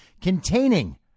containing